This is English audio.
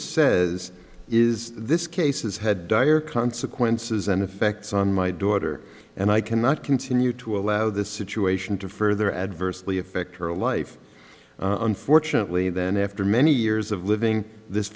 says is this case is had dire consequences and effects on my daughter and i cannot continue to allow this situation to further adversely affect her life unfortunately then after many years of living this